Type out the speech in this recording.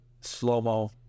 slow-mo